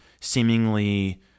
seemingly